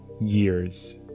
years